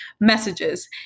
messages